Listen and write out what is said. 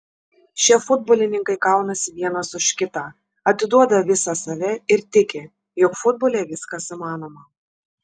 šie futbolininkai kaunasi vienas už kitą atiduoda visą save ir tiki jog futbole viskas įmanoma